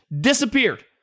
disappeared